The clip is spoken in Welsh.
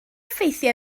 ffeithiau